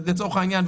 לצורך העניין,